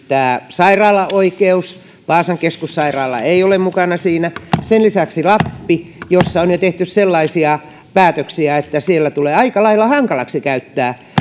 sairaalaoikeus vaasan keskussairaala ei ole mukana siinä ja sen lisäksi lappi jossa on jo tehty sellaisia päätöksiä että siellä tulee aika lailla hankalaksi käyttää